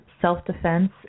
self-defense